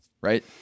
right